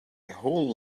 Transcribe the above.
whole